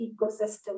ecosystem